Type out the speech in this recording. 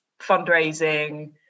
fundraising